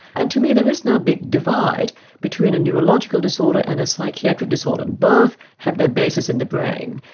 and to me there is no big divide between a neurological disorder and a psychiatric disorder. both have their basis in the brain.